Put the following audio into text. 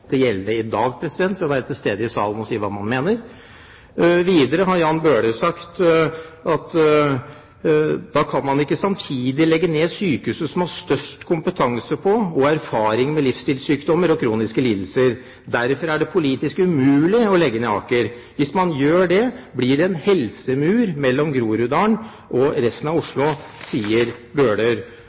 i dag ved å være til stede i salen og si hva man mener. Videre har Jan Bøhler sagt: «Da kan man ikke samtidig legge ned sykehuset som har størst kompetanse på og erfaring med livsstilssykdommer og kroniske lidelser. Derfor er det politisk umulig å legge ned Aker. Hvis man gjør det, blir det en helsemur mellom Groruddalen og resten av Oslo, sier Bøhler.» Helt avslutningsvis kunne jeg tenke meg å komme med nok et sitat fra Bøhler,